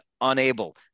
unable